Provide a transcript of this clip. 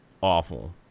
awful